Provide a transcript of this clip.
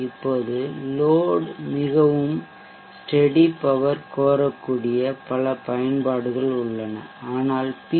இப்போது லோட் மிகவும் steady power கோரக்கூடிய பல பயன்பாடுகள் உள்ளன ஆனால் பி